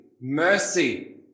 mercy